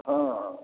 हॅं